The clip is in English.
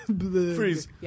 Freeze